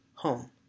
home